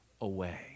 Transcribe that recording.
away